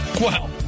Wow